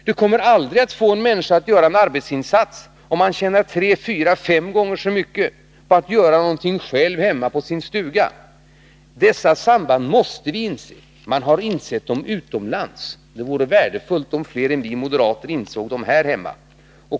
Man kan aldrig få en människa att göra en arbetsinsats, om han kanske tjänar tre, fyra eller fem gånger så mycket på att göra någonting själv hemma på sin stuga. Dessa samband måste vi inse. Man har insett dem utomlands. Det vore värdefullt om flera än vi moderater insåg dem här hemma.